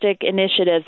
initiatives